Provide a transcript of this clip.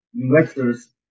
investors